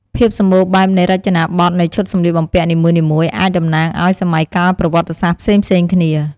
ភាពសម្បូរបែបនៃរចនាបថនៃឈុតសម្លៀកបំពាក់នីមួយៗ អាចតំណាងឱ្យ សម័យកាលប្រវត្តិសាស្ត្រផ្សេងៗគ្នា។